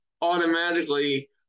automatically